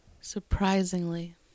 Surprisingly